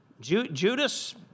Judas